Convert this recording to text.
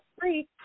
free